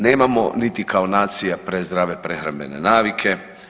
Nemamo niti kao nacija prezdrave prehrambene navike.